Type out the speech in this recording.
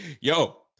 Yo